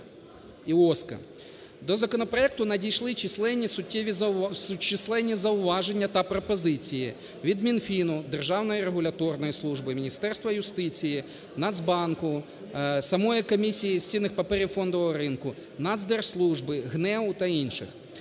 До законопроекту надійшли численні суттєві, численні зауваження та пропозиції від Мінфіну, Державної регуляторної служби, Міністерства юстиції, Нацбанку, самої Комісії з цінних паперів та фондового ринку, Нацдержслужби, ГНЕУ та інших.